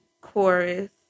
chorus